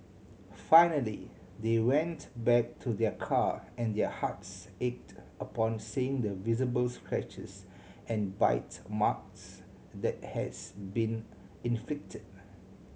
finally they went back to their car and their hearts ached upon seeing the visible scratches and bite marks that has been inflicted